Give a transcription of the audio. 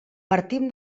partim